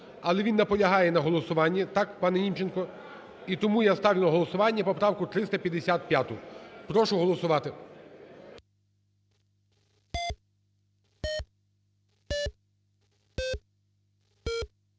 але він наполягає на голосуванні. Так, пан Німченко? І тому я ставлю на голосування поправку 355. Прошу голосувати.